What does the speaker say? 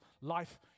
life